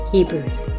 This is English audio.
Hebrews